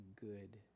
good